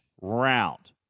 round